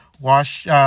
wash